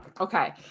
okay